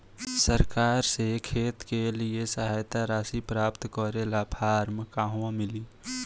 सरकार से खेत के लिए सहायता राशि प्राप्त करे ला फार्म कहवा मिली?